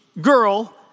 girl